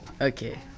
Okay